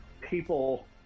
people